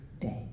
day